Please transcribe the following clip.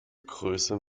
größe